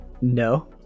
no